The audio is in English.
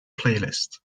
playlist